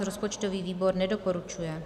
Rozpočtový výbor nedoporučuje.